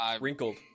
Wrinkled